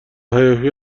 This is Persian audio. هیاهوی